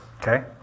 okay